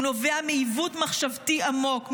הוא נובע מעיוות מחשבתי עמוק,